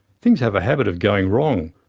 things have a habit of going wrong,